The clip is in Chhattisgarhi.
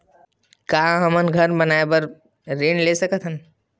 का हमन घर बनाए बार ऋण ले सकत हन?